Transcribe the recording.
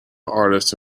artist